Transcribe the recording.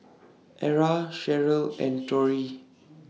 Era Cheryll and Torrie